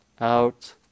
out